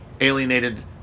alienated